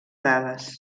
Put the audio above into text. dades